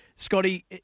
Scotty